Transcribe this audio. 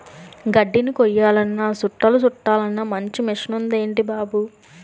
గడ్దిని కొయ్యాలన్నా సుట్టలు సుట్టలన్నా మంచి మిసనుందేటి బాబూ